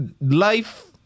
Life